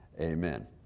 Amen